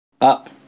Up